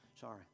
Sorry